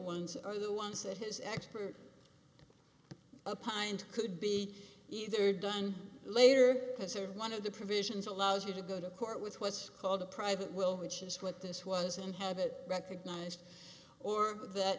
ones are the ones that his expert a pint could be either done later because or one of the provisions allows you to go to court with what's called a private will which is what this was and have it recognized or that